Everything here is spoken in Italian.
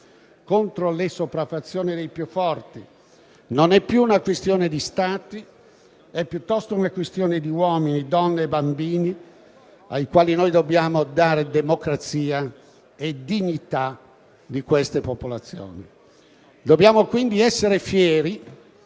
contro le sopraffazioni dei più forti. Non è più una questione di Stati; è piuttosto una questione di uomini, donne e bambini ai quali noi dobbiamo dare democrazia e dignità. Dobbiamo, quindi, essere fieri